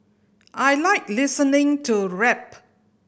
I like listening to rap